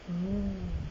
oh